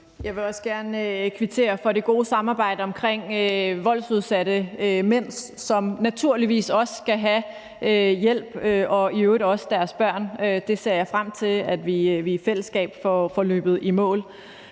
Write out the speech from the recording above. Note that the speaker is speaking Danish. Jeg vil også gerne kvittere for det gode samarbejde omkring voldsudsatte mænd, som naturligvis også skal have hjælp, i øvrigt også deres børn. Det ser jeg frem til at vi i fællesskab får løbet i mål.